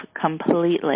completely